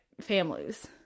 families